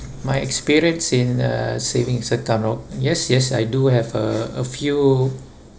my experience in uh savings account oh yes yes I do have a a few